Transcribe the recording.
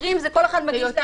תצהירים כל אחד מגיש לעצמו.